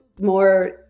more